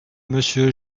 monsieur